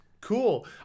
cool